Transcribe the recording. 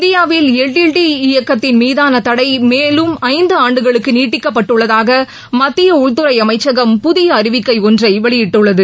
இந்தியாவில் L T T E இயக்கத்தின் மீதான தடை மேலும் ஐந்து ஆண்டுகளுக்கு நீட்டிக்கப்பட்டுள்ளதாக மத்திய உள்துறை அமைச்சகம் புதிய அறிவிக்கை ஒன்றை வெளியிட்டுள்ளது